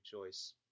rejoice